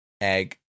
Egg